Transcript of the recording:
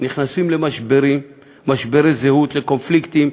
נכנסים למשברים, למשברי זהות, לקונפליקטים.